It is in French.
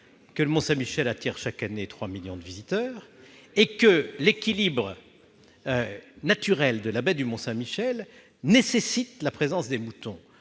que le Mont-Saint-Michel attire chaque année 3 millions de visiteurs et que l'équilibre naturel de la baie nécessite la présence des moutons.